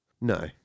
No